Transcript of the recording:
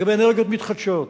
לגבי אנרגיות מתחדשות: